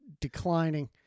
declining